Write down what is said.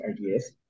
ideas